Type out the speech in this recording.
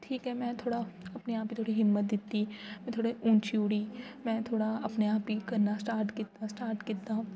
ठीक ऐ में थोह्ड़ा अपने आप दी थोह्ड़ी हिम्मत दित्ती मैं थोह्ड़ा ऊंची उड़ी मैं थोह्ड़ा अपने आप गी करना स्टार्ट कीता स्टार्ट कीता